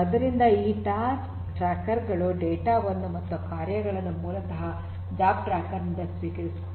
ಆದ್ದರಿಂದ ಈ task tracker ಗಳು ಡೇಟಾ ವನ್ನು ಮತ್ತು ಕಾರ್ಯಗಳನ್ನು ಮೂಲತಃ ಜಾಬ್ ಟ್ರ್ಯಾಕರ್ ನಿಂದ ಸ್ವೀಕರಿಸುತ್ತದೆ